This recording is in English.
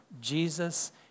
Jesus